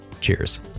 Cheers